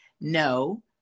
no